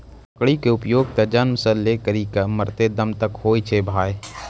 लकड़ी के उपयोग त जन्म सॅ लै करिकॅ मरते दम तक पर होय छै भाय